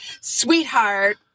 Sweetheart